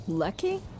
Lucky